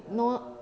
no